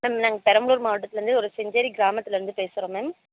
ma'am நாங்கள் பெரம்பலூர் மாவட்டத்திலேருந்து ஒரு செஞ்சேரி கிராமத்திலேருந்து பேசுகிறோம் மேம்